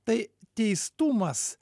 tai teistumas